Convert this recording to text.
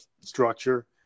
structure